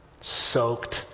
Soaked